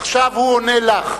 עכשיו הוא עונה לך.